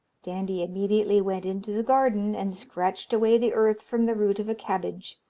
dandie immediately went into the garden and scratched away the earth from the root of a cabbage,